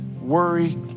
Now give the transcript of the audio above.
worry